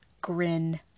grin